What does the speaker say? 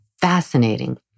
fascinating